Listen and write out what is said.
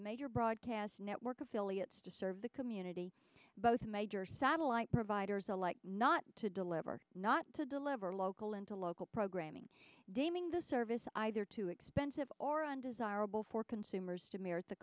major broadcast network affiliates to serve the community both major satellite providers alike not to deliver not to deliver local and to local programming daming the service either too expensive or undesirable for consumers to me